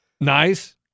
Nice